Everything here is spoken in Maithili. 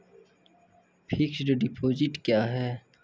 फिक्स्ड डिपोजिट क्या हैं?